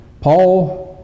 Paul